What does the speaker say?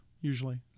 Usually